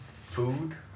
food